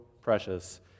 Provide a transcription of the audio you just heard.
precious